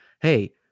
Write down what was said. Hey